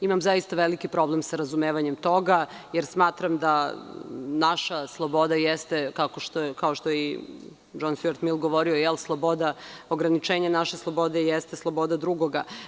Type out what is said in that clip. Imam zaista veliki problem sa razumevanjem toga, jer smatram da naša sloboda jeste, kao što je i Džon Stjuart Mil govorio – ograničenje naše slobode jeste sloboda drugoga.